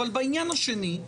אבל בעניין השני,